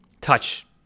touch